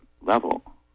level